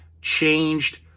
changed